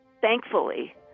thankfully